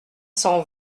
cent